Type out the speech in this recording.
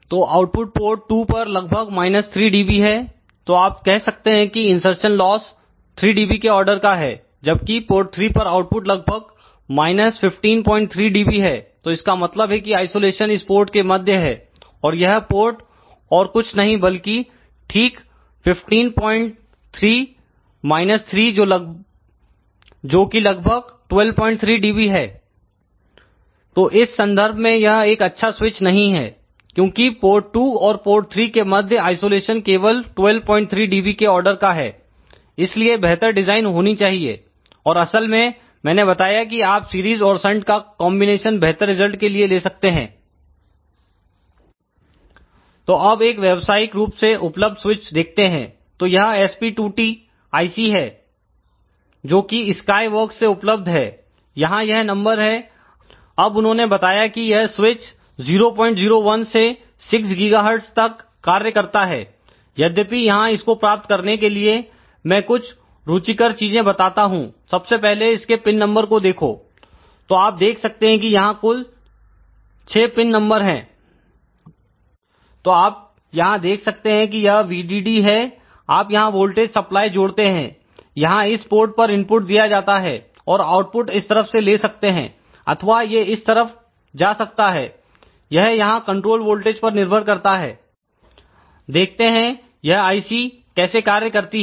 तो output port 2 पर लगभग 3dB है तो आप कह सकते हैं कि इनसरसन लॉस 3dB के आर्डर का है जबकि पोर्ट 3 पर आउटपुट लगभग 153 dB है तो इसका मतलब है कि आइसोलेशन इस पोर्ट के मध्य है और यह पोर्ट और कुछ नहीं बल्कि ठीक 153 3 जो कि लगभग 123 dB है तो इस संदर्भ में यह एक अच्छा स्विच नहीं है क्योंकि पोर्ट 2 और पोर्ट 3 के मध्य आइसोलेशन केवल 123 dB के आर्डर का है इसलिए बेहतर डिजाइन होनी चाहिए और असल में मैंने बताया कि आप सीरीज और संट का कॉन्बिनेशन बेहतर रिजल्ट के लिए ले सकते हैं तो अब एक व्यवसायिक रूप से उपलब्ध स्विच देखते हैं तो यह SP2T IC है जो कि sky works से उपलब्ध है यहां यह नंबर है अब उन्होंने बताया कि यह स्विच 001 से 6 GHz तक कार्य करता है यद्यपि यहां इसको प्राप्त करने के लिए मैं कुछ रुचिकर चीजें बताता हूं सबसे पहले इसके पिन नंबर को देखो तो आप देख सकते हैं कि यहां कुल 6 पिन नंबर है तो आप यहां देख सकते हैं यह VDD है आप यहां वोल्टेज सप्लाई जोड़ते हैं यहां इस पोर्ट पर इनपुट दिया जाता है और आउटपुट इस तरफ से ले सकते हैं अथवा ये इस तरफ जा सकता है यह यहां कंट्रोल वोल्टेज पर निर्भर करता है देखते हैं यह IC कैसे कार्य करती है